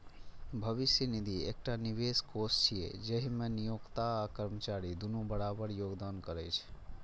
भविष्य निधि एकटा निवेश कोष छियै, जाहि मे नियोक्ता आ कर्मचारी दुनू बराबर योगदान करै छै